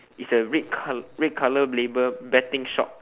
is the red colour red colour label betting shop